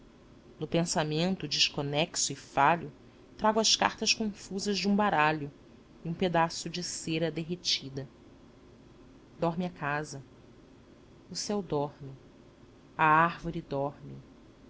no pensamento desconexo e falho trago as cartas confusas de um baralho e pedaço de cera derretida dorme a casa o céu dorme a árvore dorme